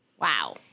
Wow